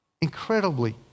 incredibly